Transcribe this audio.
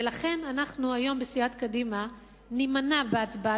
ולכן אנחנו היום בסיעת קדימה נימנע בהצבעה.